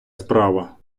справа